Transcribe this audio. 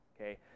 okay